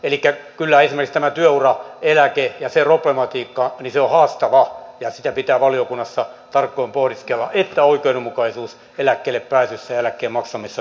elikkä kyllä esimerkiksi tämä työuraeläke ja sen problematiikka on haastava ja sitä pitää valiokunnassa tarkoin pohdiskella että oikeudenmukaisuus eläkkeelle pääsisi eläkemaksumissa